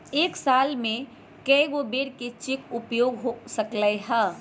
एक साल में कै बेर चेक के उपयोग हो सकल हय